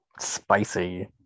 Spicy